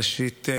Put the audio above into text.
ראשית,